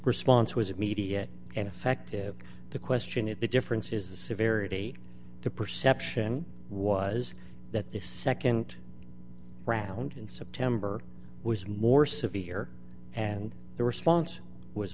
response was immediate and effective the question is the difference is the severity the perception was that the nd round in september was more severe and the response was